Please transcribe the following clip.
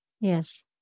Yes